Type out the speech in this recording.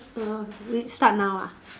uh we start now ah